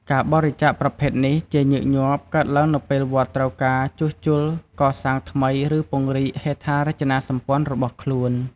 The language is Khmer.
ការបរិច្ចាគប្រភេទនេះជាញឹកញាប់កើតឡើងនៅពេលវត្តត្រូវការជួសជុល កសាងថ្មី ឬពង្រីកហេដ្ឋារចនាសម្ព័ន្ធរបស់ខ្លួន។